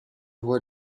voies